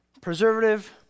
Preservative